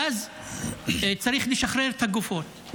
ואז צריך לשחרר את הגופות.